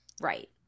Right